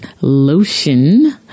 lotion